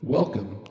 Welcome